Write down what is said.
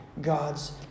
God's